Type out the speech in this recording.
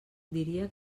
diria